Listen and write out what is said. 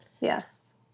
Yes